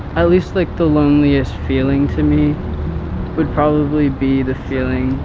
at least like the loneliest feeling to me would probably be the feeling,